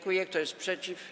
Kto jest przeciw?